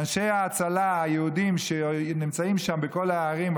ואנשי ההצלה היהודים שנמצאים שם בכל הערים,